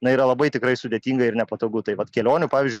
na yra labai tikrai sudėtinga ir nepatogu tai vat kelionių pavyzdžiui